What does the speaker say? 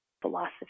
philosophy